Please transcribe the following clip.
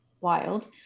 wild